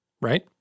right